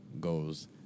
goes